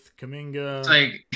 Kaminga